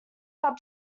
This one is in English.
sub